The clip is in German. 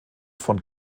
von